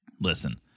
listen